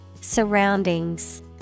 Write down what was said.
Surroundings